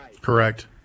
Correct